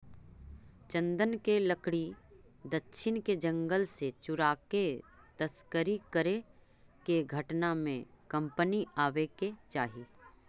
चन्दन के लकड़ी दक्षिण के जंगल से चुराके तस्करी करे के घटना में कमी आवे के चाहि